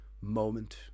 moment